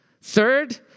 Third